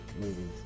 movies